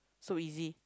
so easy